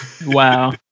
Wow